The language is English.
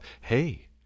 Hey